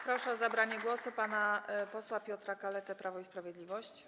Proszę o zabranie głosu pana posła Piotra Kaletę, Prawo i Sprawiedliwość.